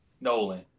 Nolan